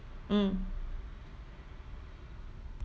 mm